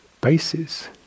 bases